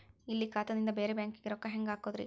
ಇಲ್ಲಿ ಖಾತಾದಿಂದ ಬೇರೆ ಬ್ಯಾಂಕಿಗೆ ರೊಕ್ಕ ಹೆಂಗ್ ಹಾಕೋದ್ರಿ?